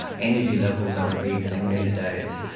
energy levels are a big thing these days,